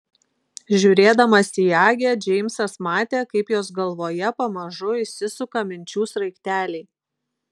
žiūrėdamas į agę džeimsas matė kaip jos galvoje pamažu įsisuka minčių sraigteliai